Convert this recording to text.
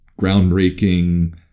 groundbreaking